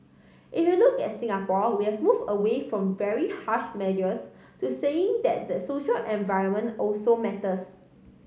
if you look at Singapore we have move away from very harsh measures to saying that the social environment also matters